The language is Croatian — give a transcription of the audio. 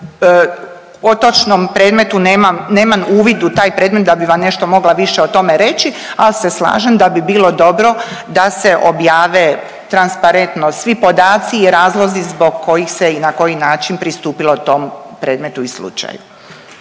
o točnom predmetu nemam, nemam uvid u taj predmet da bi vam nešto mogla više o tome reći, ali se slažem da bi bilo dobro da se objave transparentno svi podaci i razlozi zbog kojih se i na koji način pristupilo tom predmetu i slučaju.